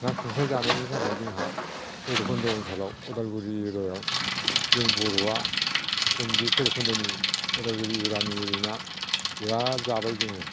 ना खांख्राय जानायनि थाखाय जोंहा भैरबखुन्द' ओनसोलाव उदालगुरि एरियाआव जों बर'आ जों बे भैरबखुन्द'नि उदालगुरि गामि एरियानि ना बिराद जाबाय जोङो